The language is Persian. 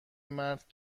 مرد